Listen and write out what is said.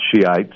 Shiites